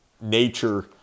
nature